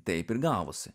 taip ir gavosi